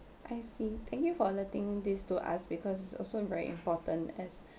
I see thank you for letting this thing known to us because it is also very important as